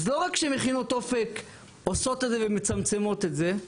אז לא רק שמכינות אופק עושות את זה ומצמצמות את זה,